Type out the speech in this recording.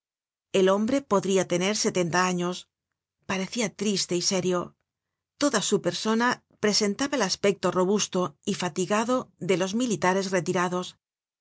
el hombre podria tenef sesenta años parecia triste y serio toda su persona presentaba el aspecto robusto y fatigado de los militares retirados